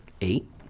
eight